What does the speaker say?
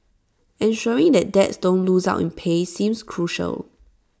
ensuring that dads don't lose out in pay seems crucial